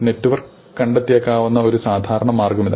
network കണ്ടെത്തിയേക്കാവുന്ന ഒരു സാധാരണ മാർഗമാണിത്